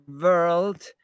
world